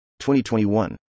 2021